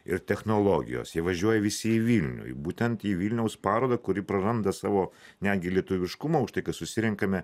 ir technologijos jie važiuoja visi į vilnių į būtent į vilniaus parodą kuri praranda savo netgi lietuviškumą už tai ka susirenkame